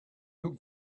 who